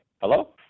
hello